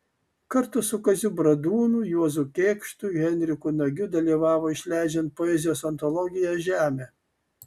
kartu su kaziu bradūnu juozu kėkštu henriku nagiu dalyvavo išleidžiant poezijos antologiją žemė